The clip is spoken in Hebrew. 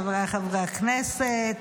חבריי חברי הכנסת,